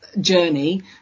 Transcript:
journey